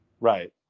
Right